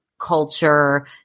culture